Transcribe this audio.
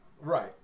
Right